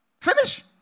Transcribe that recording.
Finish